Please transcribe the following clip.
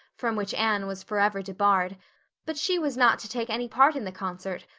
from which anne was forever debarred but she was not to take any part in the concert,